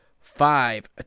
five